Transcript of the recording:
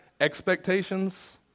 expectations